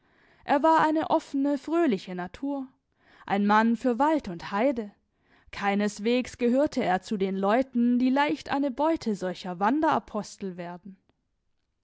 er war eine offene fröhliche natur ein mann für wald und haide keineswegs gehörte er zu den leuten die leicht eine beute solcher wanderapostel werden